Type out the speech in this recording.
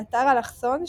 באתר "אלכסון",